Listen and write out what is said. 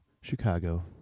Chicago